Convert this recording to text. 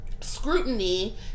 scrutiny